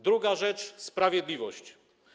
Druga rzecz: sprawiedliwość.